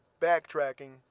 Backtracking